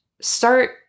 start